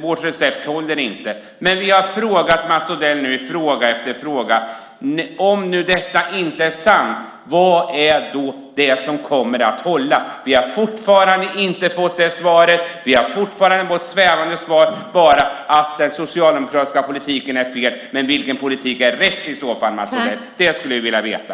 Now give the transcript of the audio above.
vårt recept inte håller. Men vi har gång efter gång frågat Mats Odell: Om detta nu inte är sant, vad är det som kommer att hålla? Vi har fortfarande inte fått det svaret. Vi har bara fått svävande svar om att den socialdemokratiska politiken är fel. Men vilken politik är i så fall rätt, Mats Odell? Det skulle vi vilja veta.